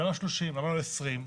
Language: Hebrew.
למה 30 ולא 20?